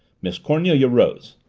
miss cornelia rose.